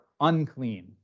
unclean